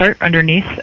underneath